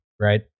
Right